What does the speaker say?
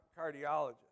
cardiologist